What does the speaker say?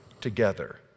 together